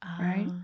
right